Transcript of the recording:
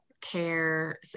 care